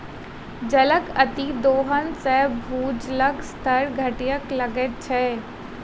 जलक अतिदोहन सॅ भूजलक स्तर घटय लगैत छै